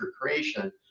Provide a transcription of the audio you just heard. creation